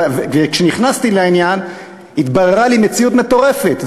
כשנכנסתי לעניין התבררה לי מציאות מטורפת,